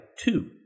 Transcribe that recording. two